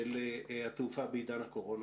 של התעופה בעידן הקורונה.